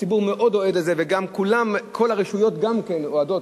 הציבור מאוד אוהד את זה וכל הרשויות גם כן מאוד אוהדות,